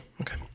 Okay